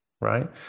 right